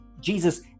Jesus